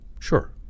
sure